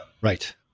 Right